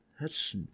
thats